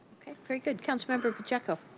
very good, council member pacheco?